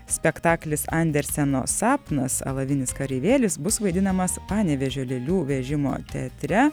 spektaklis anderseno sapnas alavinis kareivėlis bus vaidinamas panevėžio lėlių vežimo teatre